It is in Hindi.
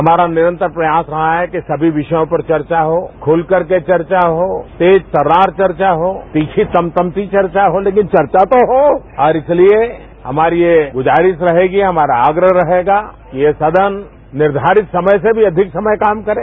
हमारा निरंतर प्रयास रहा है कि सभी विषयों पर चर्चा हो खुल करके चर्चा हो तेज तर्रार चर्चा हो तीखी तमतमती चर्चा हो लेकिन चर्चा तो हो और इसलिए हमारी यह गुजारिश रहेगी हमारा आग्रह रहेगा ये सदन निर्धारित समय से भी अधिक समय काम करे